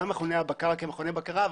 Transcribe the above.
גם מכוני הבקרה כמכוני בקרה,